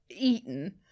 eaten